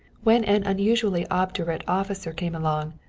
when an unusually obdurate officer came along,